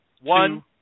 one